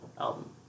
album